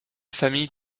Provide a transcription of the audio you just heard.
famille